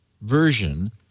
version